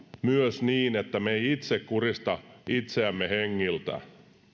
myös niin että me emme itse kurista itseämme hengiltä